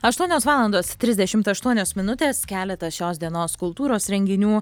aštuonios valandos trisdešimt aštuonios minutės keleta šios dienos kultūros renginių